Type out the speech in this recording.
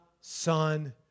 son